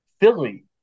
Philly